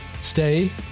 Stay